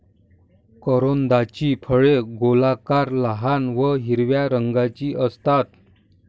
करोंदाची फळे गोलाकार, लहान व हिरव्या रंगाची असतात